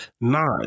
nine